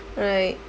right